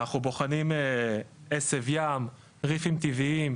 אנחנו בוחנים עשב ים, ריפים טבעיים,